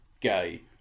gay